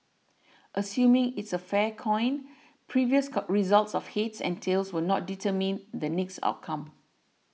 assuming it's a fair coin previous cow results of heads and tails will not determine the next outcome